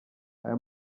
aya